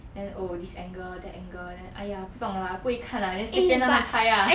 and oh this angle that angle then !aiya! 不懂的啦不会看啦 then 随便乱乱拍啦 then higher actually this kind of very interesting [one] leh like you can feel